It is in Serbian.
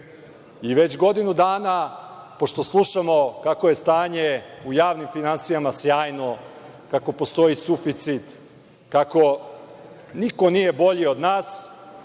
i već godinu dana, pošto slušamo kako je stanje u javnim finansijama sjajno, kako postoji suficit, kako niko nije bolji od nas,